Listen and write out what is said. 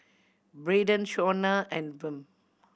Braydon Shawnna and Wm